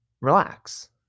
relax